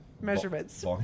measurements